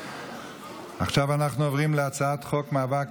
עכשיו אנחנו עוברים להצעת חוק מאבק